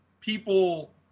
People